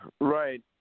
Right